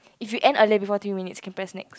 if you end earlier before three minutes can press next